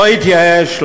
לא התייאש,